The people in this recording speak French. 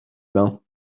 bains